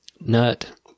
nut